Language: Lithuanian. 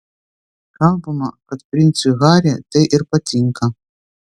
kalbama kad princui harry tai ir patinka